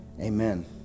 amen